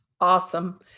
Awesome